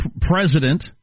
president